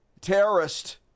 Terrorist